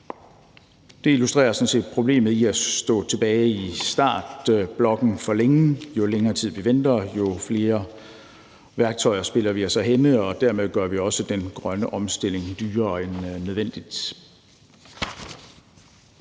Det illustrerer sådan set problemet ved at stå tilbage i startblokken for længe: Jo længere tid vi venter, jo flere værktøjer spiller vi os af hænde, og dermed gør vi også den grønne omstilling dyrere end nødvendigt.